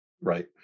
right